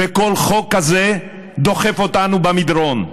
וכל חוק כזה דוחף אותנו במדרון.